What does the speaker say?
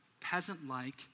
peasant-like